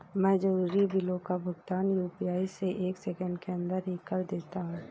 मैं जरूरी बिलों का भुगतान यू.पी.आई से एक सेकेंड के अंदर ही कर देता हूं